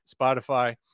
Spotify